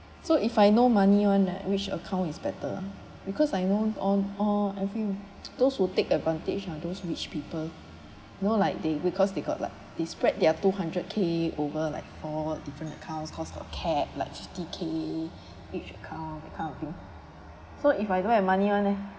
so if I no money one like which account is better ah because I know all all every those who take advantage are those rich people you know like they because they got like they spread their two hundred K over like four different accounts cost okay like fifty K each account that kind of thing so if I don't have money one leh